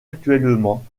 actuellement